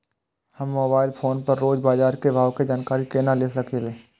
हम mobile phone पर रोज बाजार के भाव के जानकारी केना ले सकलिये?